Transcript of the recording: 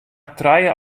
trije